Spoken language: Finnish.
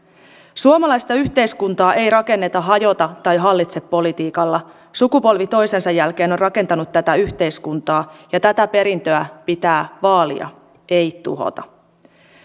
suomalaista yhteiskuntaa ei rakenneta hajota tai hallitse politiikalla sukupolvi toisensa jälkeen on rakentanut tätä yhteiskuntaa ja tätä perintöä pitää vaalia ei tuhota